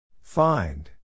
Find